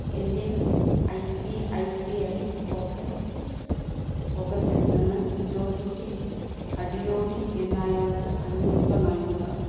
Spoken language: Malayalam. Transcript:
എൻ്റെ I C I C I Pockets പോക്കറ്റ്സിൽ നിന്ന് ജോസൂട്ടി അടിയോടി എന്നയാൾക്ക് അഞ്ഞൂറ് രൂപ നൽകുക